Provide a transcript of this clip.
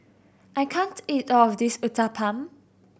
I can't eat all of this Uthapam